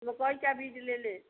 मकोई का बीज ले लें